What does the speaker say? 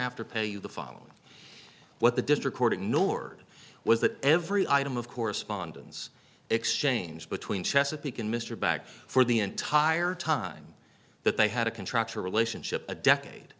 after pay you the following what the district court ignored was that every item of correspondence exchanged between chesapeake and mr back for the entire time that they had a contractual relationship a decade